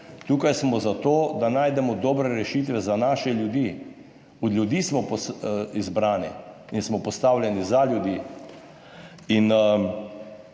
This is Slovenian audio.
tukaj smo zato, da najdemo dobre rešitve za naše ljudi, od ljudi smo izbrani in smo postavljeni za ljudi.